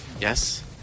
Yes